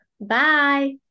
Bye